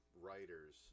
writers